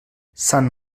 sant